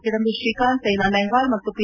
ಕಿದಂಬಿ ಶ್ರೀಕಾಂತ್ ಸ್ತೈನಾ ನೆಹ್ಲಾಲ್ ಮತ್ತು ಪಿ